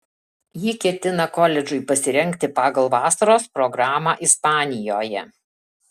ji ketina koledžui pasirengti pagal vasaros programą ispanijoje